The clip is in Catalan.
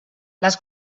les